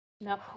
No